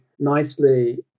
nicely